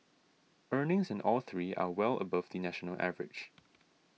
earnings in all three are well above the national average